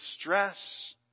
stress